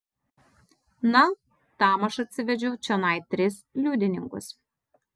na tam aš atsivedžiau čionai tris liudininkus